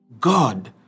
God